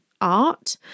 art